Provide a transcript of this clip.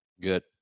Good